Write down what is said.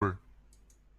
nan